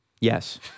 Yes